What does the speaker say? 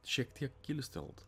šiek tiek kilstelt